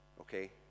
okay